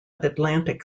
atlantic